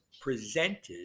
presented